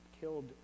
killed